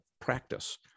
practice